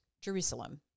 Jerusalem